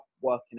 working